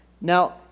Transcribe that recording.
Now